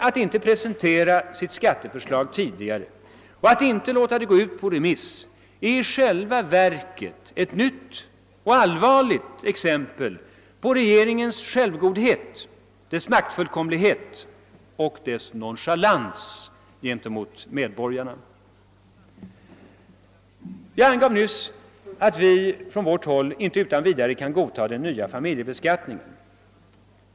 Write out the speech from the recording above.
Att inte presentera sitt skatteförslag tidigare och att inte låta det gå ut på remiss är i själva verket ett nytt och allvarligt exempel på regeringens självgodhet, dess maktfullkomlighet och dess nonchalans gentemot medborgarna. Jag angav nyss att vi från vårt håll inte utan vidare kan godta den nya familjebeskattningen.